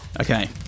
Okay